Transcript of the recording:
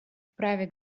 вправе